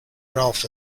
ralph